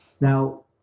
Now